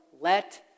Let